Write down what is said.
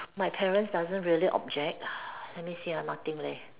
my parents doesn't really object ha let me see uh nothing leh